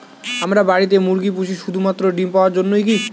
আমরা বাড়িতে মুরগি পুষি শুধু মাত্র ডিম পাওয়ার জন্যই কী?